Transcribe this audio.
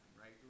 right